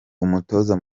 umutoza